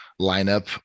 lineup